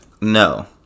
No